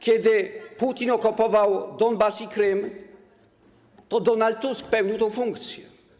Kiedy Putin okupował Donbas i Krym, Donald Tusk pełnił tę funkcję.